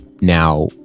now